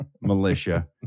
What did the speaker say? militia